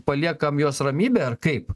paliekame juos ramybėj ar kaip